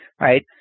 right